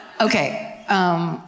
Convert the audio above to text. Okay